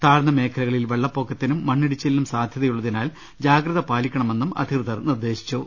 താഴ്ന്ന മേഖലകളിൽ വെള്ളപ്പൊക്കത്തിനും മണ്ണിടിച്ചിലിനും സാധ്യതയുള്ളതിനാൽ ജാഗ്രത പാലിക്കണമെന്നും അധികൃതർ നിർദേ ശിച്ചു